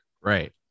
Right